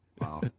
Wow